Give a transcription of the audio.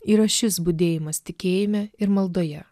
yra šis budėjimas tikėjime ir maldoje